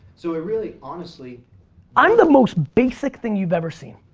so i really honestly i'm the most basic thing you've ever seen.